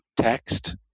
text